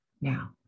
now